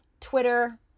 Twitter